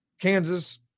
Kansas